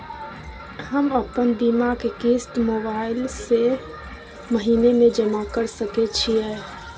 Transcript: हम अपन बीमा के किस्त मोबाईल से महीने में जमा कर सके छिए?